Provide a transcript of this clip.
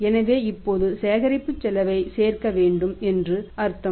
எனவே இப்போது சேகரிப்பு செலவைச் சேர்க்க வேண்டும் என்று அர்த்தம்